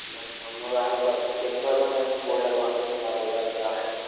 अच्छा मोबाइल मतलब emergency board लगवाएंगे जिसमें मोबाइल चार्ज है